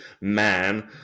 man